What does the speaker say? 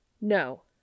No